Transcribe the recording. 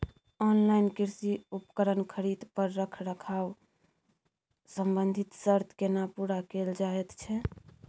Online कृषि उपकरण खरीद पर रखरखाव संबंधी सर्त केना पूरा कैल जायत छै?